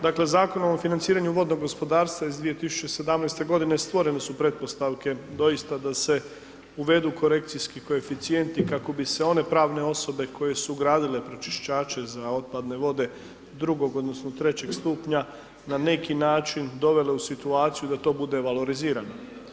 Dakle, Zakonom o financiranju vodnog gospodarstva iz 2017. g. stvorene su pretpostavke doista da se uvedu korekcijski koeficijenti kako bi se one pravne osobe koje su ugradile pročistače za otpadne vode drugog odnosno trećeg stupnja na neki način dovele u situaciju da to bude valorizirano.